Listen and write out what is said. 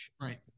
Right